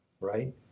right